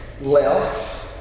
left